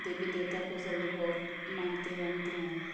देवी देवता को सब लोग बहुत मानते जानते हैं